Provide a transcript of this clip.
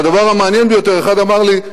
והדבר המעניין ביותר שאחד אמר לי: